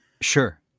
Sure